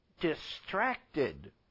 Distracted